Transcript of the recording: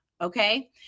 Okay